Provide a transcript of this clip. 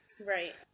Right